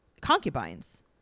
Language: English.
concubines